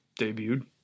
debuted